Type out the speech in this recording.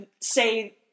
say